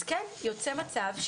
אז כן יוצא מצב.